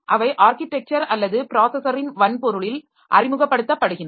அவை ஆர்க்கிடெக்சர் அல்லது ப்ராஸஸரின் வன்பொருளில் அறிமுகப்படுத்தப்படுகின்றன